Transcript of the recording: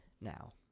now